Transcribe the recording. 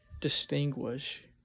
distinguish